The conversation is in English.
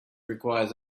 requires